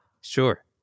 Sure